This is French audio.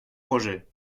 projet